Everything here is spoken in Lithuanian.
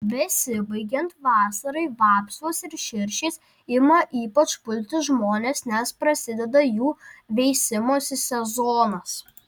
besibaigiant vasarai vapsvos ir širšės ima ypač pulti žmones nes prasideda jų veisimosi sezonas